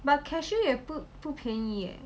but cashew 也不不便宜 eh